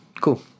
Cool